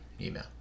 email